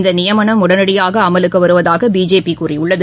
இந்த நியமனம் உடனடியாக அமலுக்கு வருவதாக பிஜேபி கூறியுள்ளது